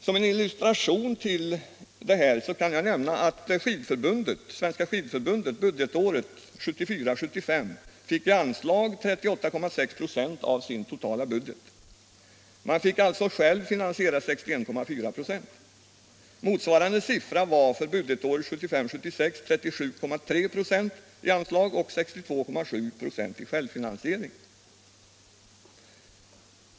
Som en illustration till detta kan jag nämna att Svenska skidförbundet budgetåret 1974 76 37,3 26 i anslag och 62,7 96 i självfinansiering.